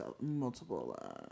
multiple